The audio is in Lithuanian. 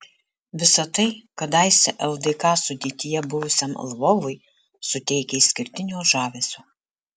visa tai kadaise ldk sudėtyje buvusiam lvovui suteikia išskirtinio žavesio